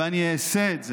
ואני אעשה את זה,